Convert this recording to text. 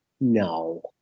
No